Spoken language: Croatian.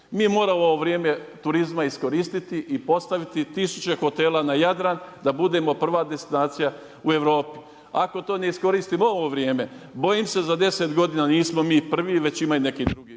Mi moramo ovo vrijeme turizma iskoristiti i postaviti tisuće hotela na Jadran da budemo prva destinacija u Europi. Ako to ne iskoristimo u ovo vrijeme, bojim se za 10 godina nismo mi prvi već ima i neki drugi